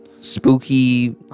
spooky